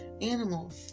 animals